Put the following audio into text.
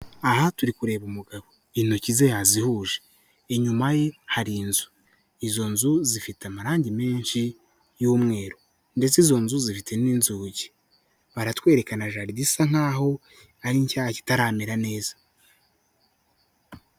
Aha turi kureba umugabo, intoki ze yazihuje, inyuma ye hari inzu, izo nzu zifite amarangi menshi y'umweru, ndetse izo nzu zifite n'inzugi, baratwereka na jaride isa nk'aho ari nshyashya itaramera neza.